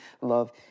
love